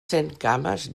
centcames